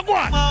one